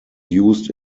used